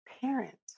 parent